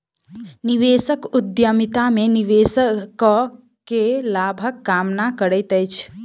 निवेशक उद्यमिता में निवेश कअ के लाभक कामना करैत अछि